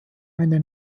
eine